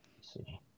See